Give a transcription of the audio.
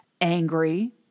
angry